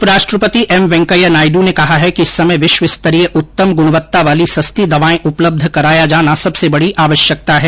उपराष्ट्रपति एम वेंकैया नायडू ने कहा है कि इस समय विश्वस्तरीय उत्तम ग्रणवत्ता वाली सस्ती दवाएं उपलब्ध कराया जाना सबसे बड़ी आवश्यकता है